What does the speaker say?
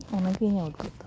ᱚᱱᱟᱜᱮ ᱤᱧᱟᱹᱜ ᱩᱫᱽᱜᱟᱹᱨ ᱫᱚ